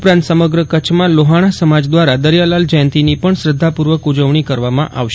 ઉપરાંત સમગ્ર કચ્છમાં લોહાણા સમાજ દ્વારા દરિયાલાલ જયંતીની પણ શ્રદ્ધાપૂર્વક ઉજવણી કરવામાં આવશે